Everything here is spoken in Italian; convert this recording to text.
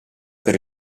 per